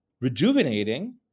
rejuvenating